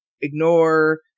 ignore